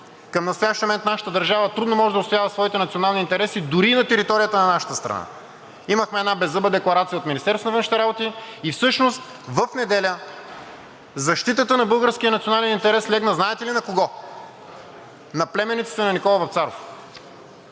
Към настоящия момент нашата държава трудно може да отстоява своите национални интереси дори и на територията на нашата стана. Имахме една беззъба декларация от Министерството на външните работи и всъщност в неделя защитата на българския национален интерес легна знаете ли на кого? На племенницата на Никола Вапцаров.